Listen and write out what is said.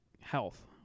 health